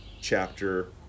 chapter